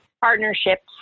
partnerships